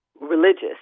religious